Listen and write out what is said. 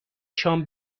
شام